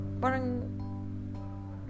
parang